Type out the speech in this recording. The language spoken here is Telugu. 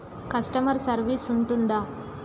కస్టమర్ సర్వీస్ ఉంటుందా?